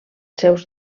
seus